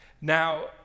Now